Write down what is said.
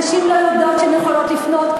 נשים לא יודעות שהן יכולות לפנות,